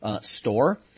store